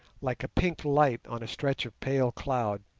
like a pink light on a stretch of pale cloud,